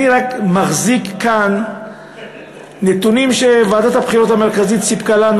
אני מחזיק כאן נתונים שוועדת הבחירות המרכזית סיפקה לנו,